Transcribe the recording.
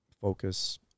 focus